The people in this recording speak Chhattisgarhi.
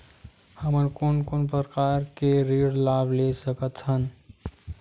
हमन कोन कोन प्रकार के ऋण लाभ ले सकत हन?